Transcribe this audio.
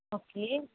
okay